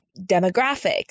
demographic